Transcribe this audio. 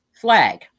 flag